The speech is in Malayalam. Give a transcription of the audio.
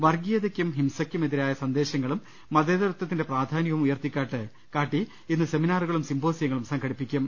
വർഗ്ഗീയതയ്ക്കും ഹിംസയ്ക്കും എതിരായ സന്ദേശങ്ങളും മത്തേത്വത്തിന്റെ പ്രാധാ ന്യവും ഉയർത്തിക്കാട്ടി ഇന്ന് സെമിനാറുകളും സിമ്പോ സിയങ്ങളും സംഘടിപ്പിക്കും